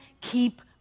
keep